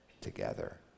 together